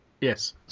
Yes